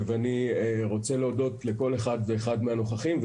אני רוצה להודות לכל אחד ואחת מהנוכחים,